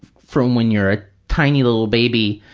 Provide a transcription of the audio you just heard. from when you're a tiny little baby,